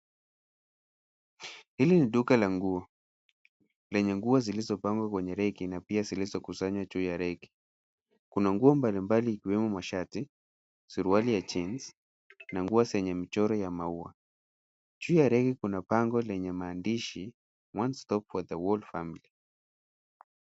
Hili ni duka la nguo, lenye nguo zilizopangwa kwenye reki na pia zilizokusanywa juu ya reki. Kuna nguo mbalimbali ikiwemo mashati, suruali ya jeans na nguo zenye michoro ya maua. Juu ya reki kuna bango lenye maandishi one stop for the whole family .